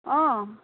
অঁ